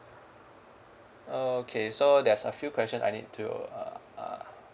oh okay so there's a few question I need to uh